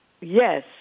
Yes